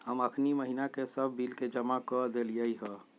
हम अखनी महिना के सभ बिल के जमा कऽ देलियइ ह